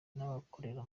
n’abakorera